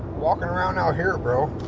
walking around out here, bro.